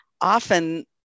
often